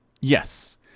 yes